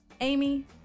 Amy